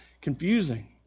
Confusing